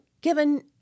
given